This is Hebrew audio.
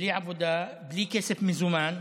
בלי עבודה, בלי כסף מזומן.